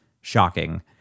shocking